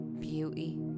beauty